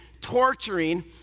torturing